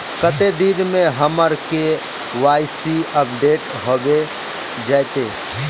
कते दिन में हमर के.वाई.सी अपडेट होबे जयते?